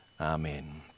amen